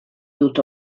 dut